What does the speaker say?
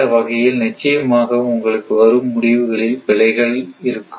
இந்த வகையில் நிச்சயமாக உங்களுக்கு வரும் முடிவுகளில் பிழைகள் இருக்கும்